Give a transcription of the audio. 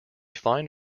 find